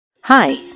Hi